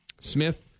Smith